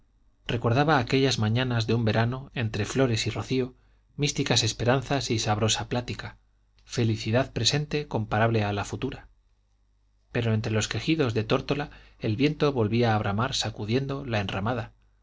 recordaba aquellas mañanas de un verano entre flores y rocío místicas esperanzas y sabrosa plática felicidad presente comparable a la futura pero entre los quejidos de tórtola el viento volvía a bramar sacudiendo la enramada